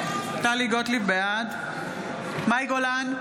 גוטליב, בעד מאי גולן,